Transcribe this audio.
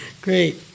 Great